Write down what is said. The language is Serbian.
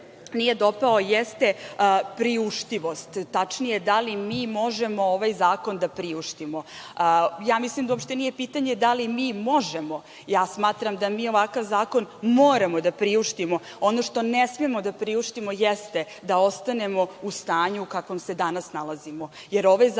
nije dopao, jeste priuštivost. Tačnije, da li mi možemo ovaj zakon da priuštimo. Ja mislim da uopšte nije pitanje da li mi možemo, smatram da mi ovakav zakon moramo da priuštimo. Ono što ne smemo da priuštimo jeste da ostanemo u stanju u kakvom se danas nalazimo, jer ovaj zakon,